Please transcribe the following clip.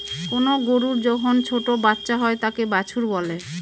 কোনো গরুর যখন ছোটো বাচ্চা হয় তাকে বাছুর বলে